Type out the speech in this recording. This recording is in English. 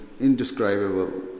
indescribable